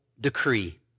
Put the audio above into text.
decree